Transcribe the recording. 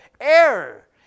error